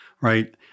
right